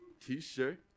T-shirt